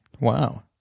Wow